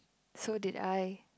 so did I